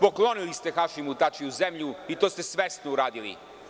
Poklonili ste Hašimu Tačiju zemlju i to ste svesno uradili.